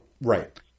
right